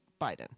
Biden